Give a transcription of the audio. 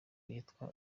yitwa